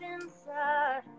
inside